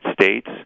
States